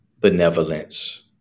benevolence